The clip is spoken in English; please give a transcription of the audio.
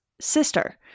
sister